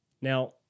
Now